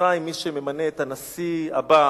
במצרים מי שממנה את הנשיא הבא